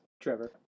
Trevor